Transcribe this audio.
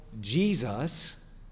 Jesus